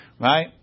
right